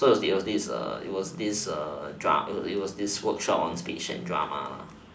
so it was it was this it was this drama it was this workshop on speech and drama